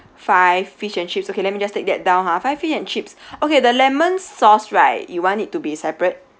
five fish and chips okay let me just take that down ha five fish and chips okay the lemon sauce right you want it to be separate